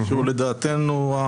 לדעתנו,